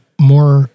more